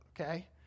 okay